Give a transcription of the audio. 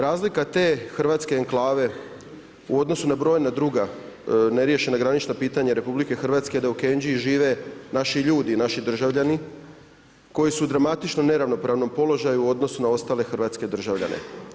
Razlika te hrvatske enklave u odnosu na brojna druga neriješena granična pitanja RH da u Kenđiji žive naši ljudi, naši državljani, koji su u dramatičnom neravnopravnom položaju u odnosu na ostale hrvatske državljane.